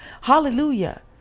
Hallelujah